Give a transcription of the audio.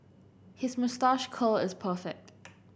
his moustache curl is perfect